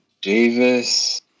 Davis